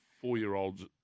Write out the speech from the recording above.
four-year-olds